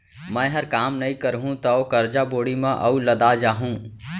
मैंहर काम नइ करहूँ तौ करजा बोड़ी म अउ लदा जाहूँ